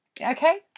okay